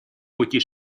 пути